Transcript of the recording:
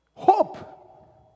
Hope